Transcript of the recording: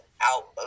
out